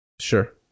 sure